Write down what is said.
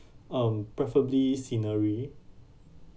um preferably scenery